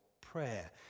prayer